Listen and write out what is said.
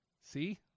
See